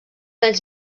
anys